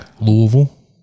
Louisville